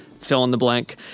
fill-in-the-blank